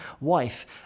wife